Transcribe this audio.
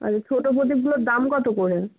আচ্ছা ছোট প্রদীপগুলোর দাম কত করে